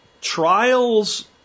trials